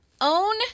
Own